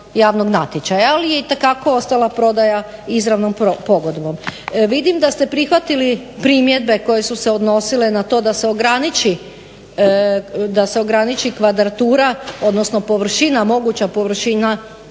javnog natječaja ali je itekako ostala prodaja izravnom pogodbom. Vidim da ste prihvatili primjedbe koje su se odnosile na to da se ograniči kvadratura, odnosno površina,